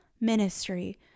ministry